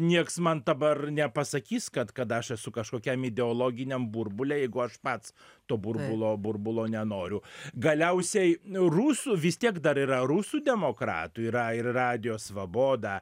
nieks man dabar nepasakys kad kad aš esu kažkokiam ideologiniam burbule jeigu aš pats to burbulo burbulo nenoriu galiausiai rusų vis tiek dar yra rusų demokratų yra ir radijo svaboda